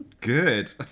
Good